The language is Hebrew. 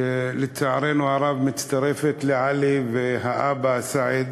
שלצערנו הרב מצטרפת לעלי ולאבא סעד.